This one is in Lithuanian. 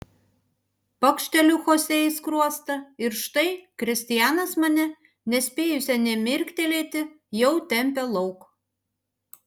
pakšteliu chosė į skruostą ir štai kristianas mane nespėjusią nė mirktelėti jau tempia lauk